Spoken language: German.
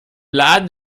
laden